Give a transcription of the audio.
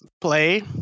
play